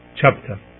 chapter